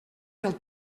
del